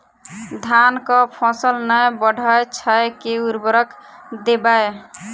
धान कऽ फसल नै बढ़य छै केँ उर्वरक देबै?